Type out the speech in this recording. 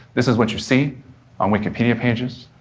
this is what you see on wikipedia pages.